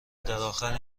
درآخر